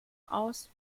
aus